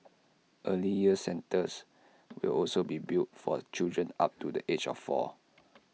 early years centres will also be built for children up to the age of four